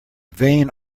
vane